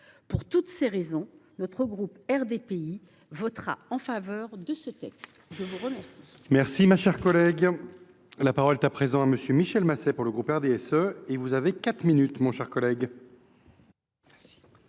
Pour toutes ces raisons, le groupe RDPI votera en faveur de ce texte.